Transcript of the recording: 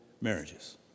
marriages